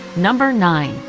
number nine.